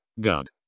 god